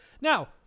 Now